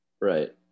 right